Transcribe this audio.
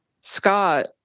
Scott